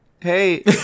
hey